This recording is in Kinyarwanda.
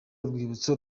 urwibutso